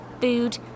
food